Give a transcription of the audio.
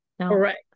Correct